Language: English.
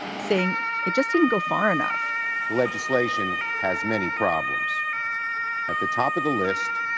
saying it just didn't go far enough the legislation has many problems at the top of the list.